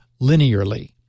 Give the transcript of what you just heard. linearly